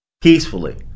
peacefully